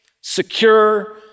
secure